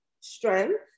strength